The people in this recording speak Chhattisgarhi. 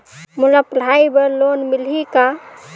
मोला पढ़ाई बर लोन मिलही का?